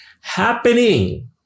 happening